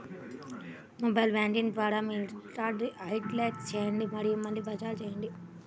mobile banking ద్వారా మీ కార్డ్ని హాట్లిస్ట్ చేయండి మరియు మళ్లీ జారీ చేయండి